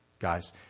Guys